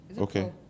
Okay